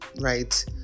right